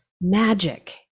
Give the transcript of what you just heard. magic